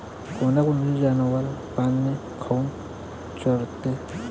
कोनकोनचे जनावरं पाना काऊन चोरते?